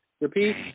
Repeat